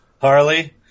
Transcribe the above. Harley